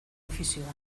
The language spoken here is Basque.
ofizioa